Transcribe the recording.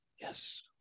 Yes